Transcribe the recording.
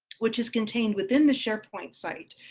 which is contained within the sharepoint site.